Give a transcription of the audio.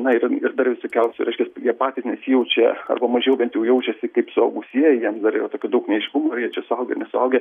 na ir ir dar visokausi reiškias jie patys nesijaučia arba mažiau bent jau jaučiasi kaip suaugusieji jiems dar yra tokių daug neaiškumų ar jie čia suaugę ar nesuaugę